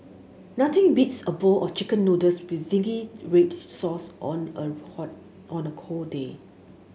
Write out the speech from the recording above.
nothing beats a bowl of chicken noodles with zingy red sauce on a hot on a cold day